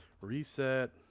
reset